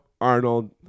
Arnold